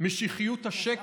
משיחיות השקר,